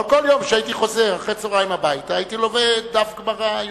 אבל כל יום כשהייתי חוזר אחר הצהריים הביתה הייתי לומד דף גמרא יומי.